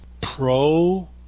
pro